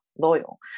loyal